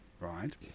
right